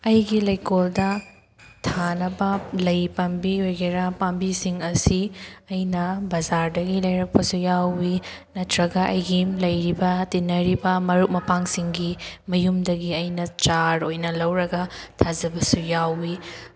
ꯑꯩꯒꯤ ꯂꯩꯀꯣꯜꯗ ꯊꯥꯅꯕ ꯂꯩ ꯄꯥꯝꯕꯤ ꯑꯣꯏꯒꯦꯔꯥ ꯄꯥꯝꯕꯤꯁꯤꯡ ꯑꯁꯤ ꯑꯩꯅ ꯕꯖꯥꯔꯗꯒꯤ ꯂꯩꯔꯛꯄꯁꯨ ꯌꯥꯎꯋꯤ ꯅꯠꯇ꯭ꯔꯒ ꯑꯩꯒꯤ ꯂꯩꯔꯤꯕ ꯇꯤꯟꯅꯔꯤꯕ ꯃꯔꯨꯞ ꯃꯄꯥꯡꯁꯤꯡꯒꯤ ꯃꯌꯨꯝꯗꯒꯤ ꯑꯩꯅ ꯆꯥꯔ ꯑꯣꯏꯅ ꯂꯧꯔꯒ ꯊꯥꯖꯕꯁꯨ ꯌꯥꯎꯋꯤ